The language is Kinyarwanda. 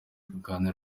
kuganira